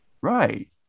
Right